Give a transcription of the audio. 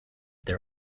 their